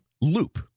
loop